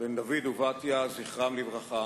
בן דוד ובתיה, זכרם לברכה,